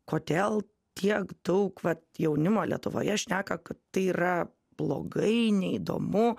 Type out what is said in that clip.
kodėl tiek daug vat jaunimo lietuvoje šneka kad tai yra blogai neįdomu